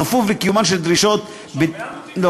בכפוף לקיומן של דרישות בטיחות.